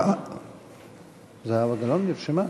סליחה,